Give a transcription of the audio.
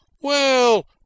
Well